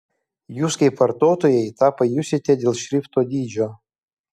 jūs kaip vartotojai tą pajusite dėl šrifto dydžio